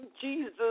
Jesus